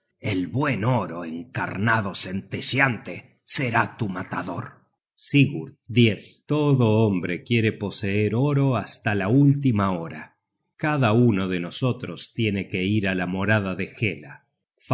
el buen oro encarnado centellante será tu matador sigurd todo hombre quiere poseer oro hasta la última hora cada uno de nosotros tiene que ir á la morada de hela